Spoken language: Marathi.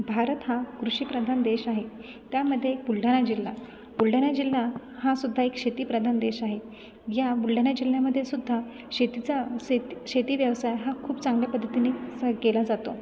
भारत हा कृषिप्रधान देश आहे त्यामध्ये बुलढाणा जिल्हा बुलढाणा जिल्हा हा सुद्धा एक शेतिप्रधान देश आहे या बुलढाणा जिल्ह्यामध्ये सुद्धा शेतीचा शेती शेतीव्यवसाय हा खूप चांगल्या पद्धतीने केला च जातो